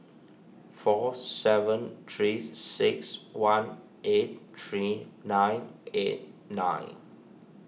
four seven three six one eight three nine eight nine